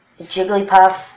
Jigglypuff